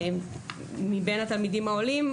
בין התלמידים העולים,